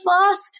first